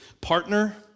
partner